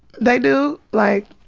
they do. like.